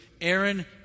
Aaron